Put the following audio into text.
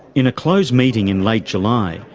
in a closed meeting in late july,